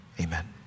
Amen